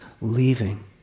leaving